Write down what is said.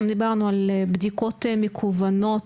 דיברנו על בדיקות מקוונות.